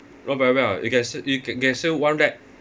not very well ah you can s~ you c~ can swim one lap